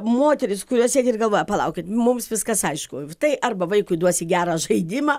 moterys kurios sėdi ir galvoja palaukit mums viskas aišku tai arba vaikui duosi gerą žaidimą